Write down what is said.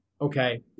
okay